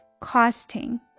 Costing